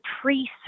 priests